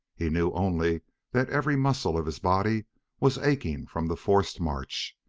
he knew only that every muscle of his body was aching from the forced march,